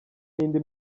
n’indi